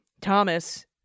thomas